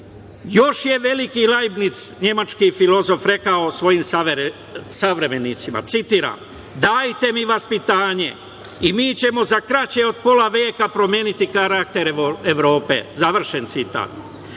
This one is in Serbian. je veliki Lajbnic, nemački filozof rekao svojim savremenicima, citiram – dajte mi vaspitanje i mi ćemo za kraće od pola veka promeniti karakter Evrope. Završen